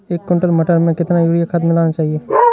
एक कुंटल मटर में कितना यूरिया खाद मिलाना चाहिए?